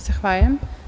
Zahvaljujem.